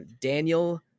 Daniel